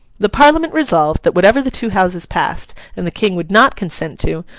the parliament resolved that whatever the two houses passed, and the king would not consent to,